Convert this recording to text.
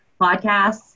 podcasts